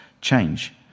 change